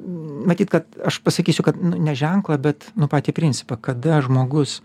matyt kad aš pasakysiu kad nu ne ženklą bet patį principą kada žmogus